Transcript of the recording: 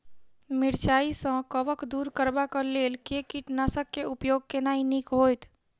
मिरचाई सँ कवक दूर करबाक लेल केँ कीटनासक केँ उपयोग केनाइ नीक होइत?